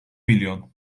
milyon